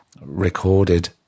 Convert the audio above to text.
recorded